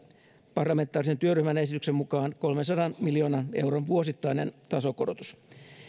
parlamentaarisen työryhmän esityksen mukaan kolmensadan miljoonan euron vuosittainen tasokorotus